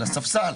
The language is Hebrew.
לספסל.